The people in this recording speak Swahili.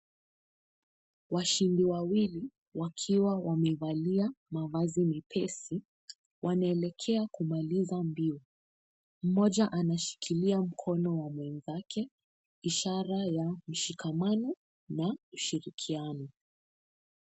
Washindi wawili wakiwa wamevalia mavazi mepesi wanaelekea kumaliza mbio mmoja anashikilia mkono wa mwenzake ishara ya ushikamano na ushirikiano.